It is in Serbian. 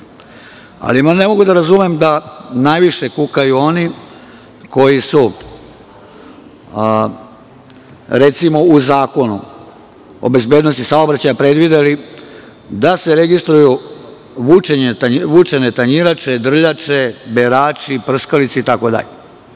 zatekli. Ne mogu da razumem da najviše kukaju oni koji su, recimo, u Zakonu o bezbednosti saobraćaja predvideli da se registruju vučene tanjirače, drljače, berači, prskalice